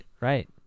right